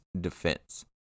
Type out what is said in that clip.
defense